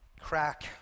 crack